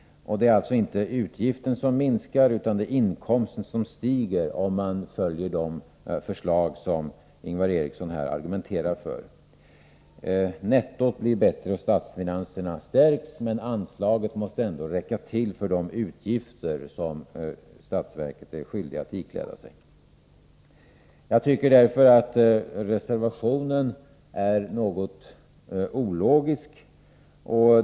Det är alltså inte utgiften som minskar utan inkomsten som stiger om man väljer de förslag som Ingvar Eriksson här argumenterar för. Nettot blir bättre och statsfinanserna stärks, men anslaget måste ändå räcka till för de utgifter som statsverket är skyldigt att ikläda sig. Jag tycker därför att reservationen är något ologisk.